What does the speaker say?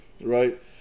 right